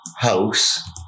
House